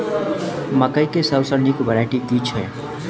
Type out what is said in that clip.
मुरई केँ सबसँ निक वैरायटी केँ छै?